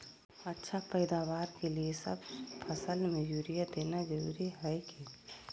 अच्छा पैदावार के लिए सब फसल में यूरिया देना जरुरी है की?